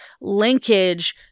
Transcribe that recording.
linkage